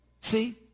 See